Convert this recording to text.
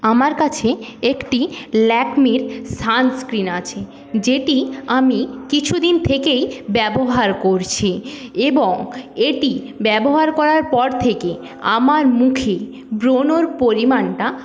আমার কাছে একটি ল্যাকমির সান্সক্রিন আছে যেটি আমি কিছুদিন থেকেই ব্যবহার করছি এবং এটি ব্যবহার করার পর থেকে আমার মুখে ব্রনর পরিমাণটা